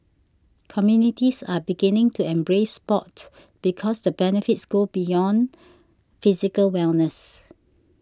communities are beginning to embrace sport because the benefits go beyond physical wellness